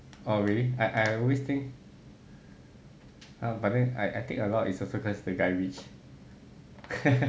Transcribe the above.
oh really I I always think ah but then I take a lot is also cause the guy rich